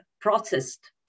processed